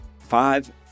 five